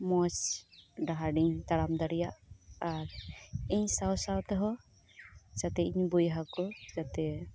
ᱢᱚᱸᱡᱽ ᱰᱟᱦᱟᱨᱤᱧ ᱛᱟᱲᱟᱢ ᱫᱟᱲᱮᱭᱟᱜ ᱟᱨ ᱤᱧ ᱥᱟᱶ ᱥᱟᱶ ᱛᱮᱦᱚᱸ ᱡᱟᱛᱮ ᱤᱧ ᱵᱚᱭᱦᱟ ᱠᱚ ᱡᱟᱛᱮ